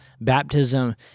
baptism